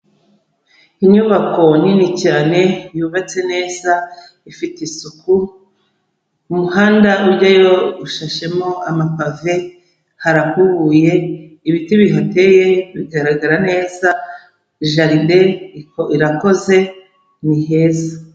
Inyubako nini cyane yubatse neza ifite isuku, umuhanda ujyayo ushashemo amapave, harakubuye ibiti bihateye bigaragara neza jaride irakoze ni heza.